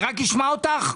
רק לשמוע אותך?